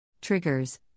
Triggers